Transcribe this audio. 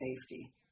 safety